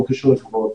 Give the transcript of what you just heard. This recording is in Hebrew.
לא קשור לכבוד.